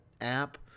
app